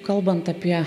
kalbant apie